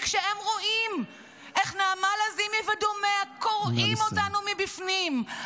וכשהם רואים איך נעמה לזימי ודומיה קורעים אותנו מבפנים -- נא לסיים.